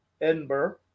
Edinburgh